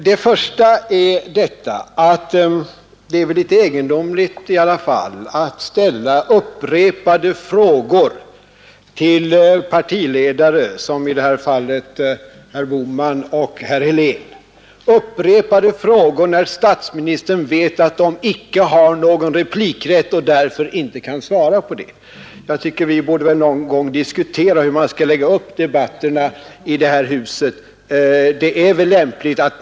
Det första jag vill säga är att det ändå är litet egendomligt att ställa upprepade frågor till partiledare, som i detta fall herrar Bohman och Helén, när statsministern vet att de icke har någon replikrätt och därför inte kan svara på frågorna. Jag tycker att vi någon gång borde diskutera hur vi skall lägga upp debatterna i det här huset.